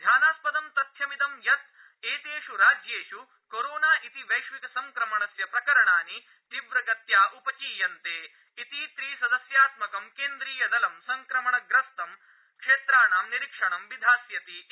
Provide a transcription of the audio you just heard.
ध्यानास्पदं तथ्यमिदं यत् एतेष् राज्येष् कोरोना इति वैश्विक संक्रमणस्य प्रकरणानि तीव्रगत्या उपचीयन्ते इति व्रिसदस्यात्मकं केन्द्रीय दलं संक्रमणग्रस्त क्षेत्राणां निरीक्षणं विधास्यति इति